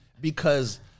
because-